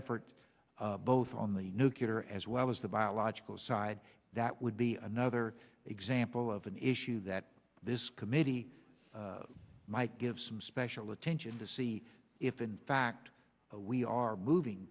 efforts both on the nucular as well as the biological side that would be another example of an issue that this committee might give some special attention to see if in fact we are moving